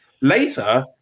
later